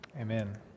Amen